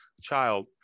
child